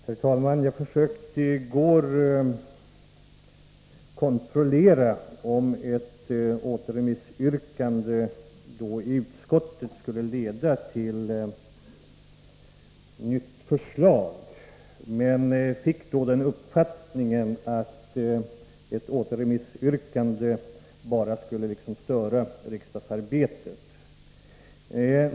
Herr talman! Jag försökte i går kontrollera om ett återremissyrkande skulle leda till nytt förslag från utskottet, men jag fick då den uppfattningen att ett återremissyrkande bara skulle störa riksdagsarbetet.